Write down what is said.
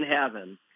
heaven